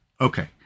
okay